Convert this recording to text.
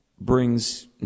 brings